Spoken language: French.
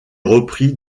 repris